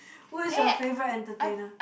who's your favourite entertainer